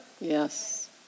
Yes